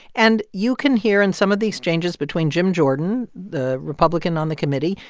and you can hear in some of these changes between jim jordan, the republican on the committee,